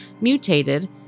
mutated